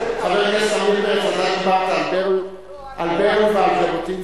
אתה דיברת על ברל ועל ז'בוטינסקי.